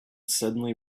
suddenly